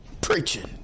preaching